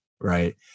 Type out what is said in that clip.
Right